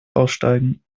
aussteigen